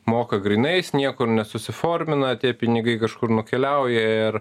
moka grynais niekur nesusiformina tie pinigai kažkur nukeliauja ir